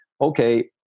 okay